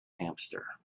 hamster